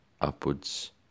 upwards